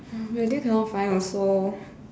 really cannot find also